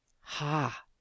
Ha